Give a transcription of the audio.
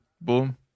boom